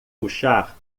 puxar